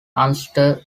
ulster